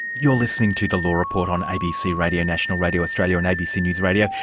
you're listening to the law report on abc radio national, radio australia and abc news radio.